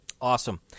Awesome